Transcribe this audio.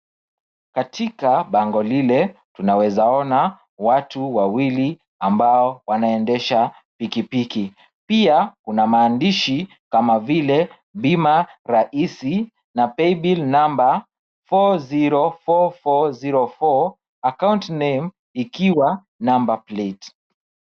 Katika bango lile, tunaweza ona watu wawili ambao wanaendesha pikipiki. Pia kuna maandishi kama vile Bima Rahisi na paybill namba four zero four four zero four, account name ikiwa number plate .